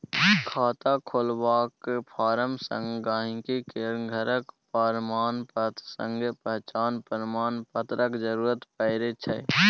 खाता खोलबाक फार्म संग गांहिकी केर घरक प्रमाणपत्र संगे पहचान प्रमाण पत्रक जरुरत परै छै